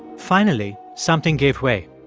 finally, something gave way.